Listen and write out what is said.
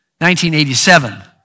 1987